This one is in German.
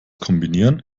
kombinieren